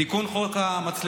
תיקון חוק המצלמות.